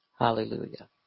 Hallelujah